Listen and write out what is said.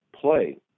play